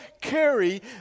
carry